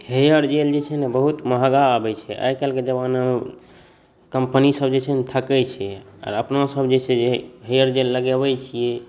hair gel जे छै ने बहुत महगा आबै छै आइकाल्हिके जमानामे कम्पनीसब जे छै ने ठकै छै आओर अपनासब जे हेअर जेल लगाबै छी